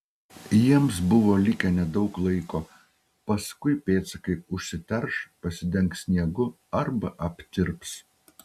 jiems buvo likę nedaug laiko paskui pėdsakai užsiterš pasidengs sniegu arba aptirps